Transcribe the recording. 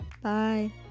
bye